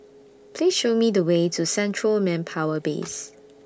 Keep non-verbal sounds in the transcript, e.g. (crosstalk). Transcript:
Please Show Me The Way to Central Manpower Base (noise)